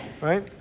right